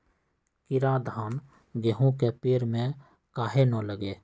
कीरा धान, गेहूं के पेड़ में काहे न लगे?